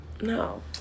No